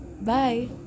Bye